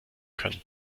können